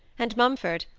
and mumford,